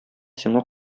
сиңа